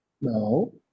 no